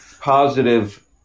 positive